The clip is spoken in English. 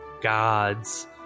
gods